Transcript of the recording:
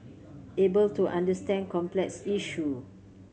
able to understand complex issue